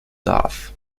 darf